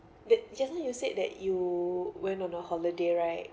that just now you said that you went on a holiday right